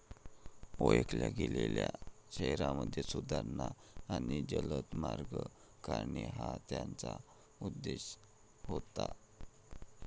ओळखल्या गेलेल्या शहरांमध्ये सुधारणा आणि जलद मार्ग काढणे हा त्याचा उद्देश होता